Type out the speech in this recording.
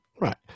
Right